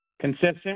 Consistent